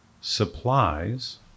supplies